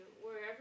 wherever